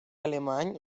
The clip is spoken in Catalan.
alemany